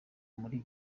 muri